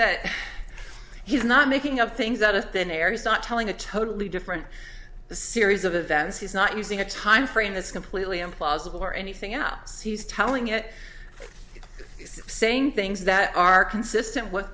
that he's not making up things out of thin air he's not telling a totally different series of events he's not using a timeframe that's completely implausible or anything ups he's telling it he's saying things that are consistent w